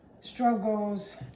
struggles